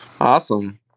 awesome